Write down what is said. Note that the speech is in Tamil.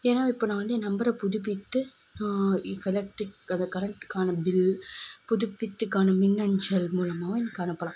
ஏன்னால் இப்போ நான் வந்து என் நம்பரை புதுப்பித்து எலெக்ட்ரிக் அது கரண்டுக்கான பில் புதுப்பித்ததுக்கான மின்னஞ்சல் மூலமாகவும் எனக்கு அனுப்பலாம்